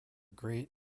great